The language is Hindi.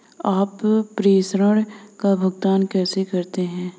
आप प्रेषण का भुगतान कैसे करते हैं?